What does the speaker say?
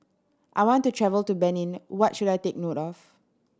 I want to travel to Benin what should I take note of